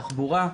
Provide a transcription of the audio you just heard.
תחבורה,